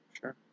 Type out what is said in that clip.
Sure